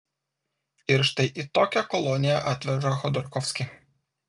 ir štai į tokią koloniją atveža chodorkovskį